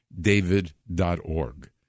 david.org